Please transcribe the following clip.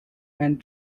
and